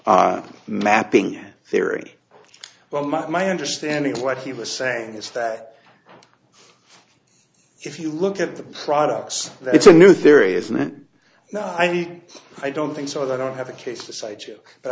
mapping theory well my understanding of what he was saying is that if you look at the products that it's a new theory isn't it now i think i don't think so i don't have a case to cite you but